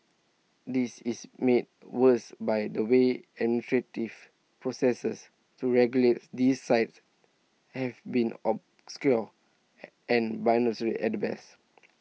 this is made worse by the way processes to regulate these sites have been obscure and at best